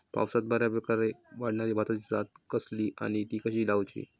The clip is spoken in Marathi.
पावसात बऱ्याप्रकारे वाढणारी भाताची जात कसली आणि ती कशी लाऊची?